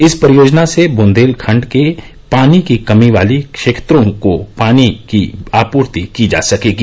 इस परियोजना से बुंदेलखंड के पानी की कमी वाले क्षेत्रों को पानी की आपूर्ति की जा सकेगी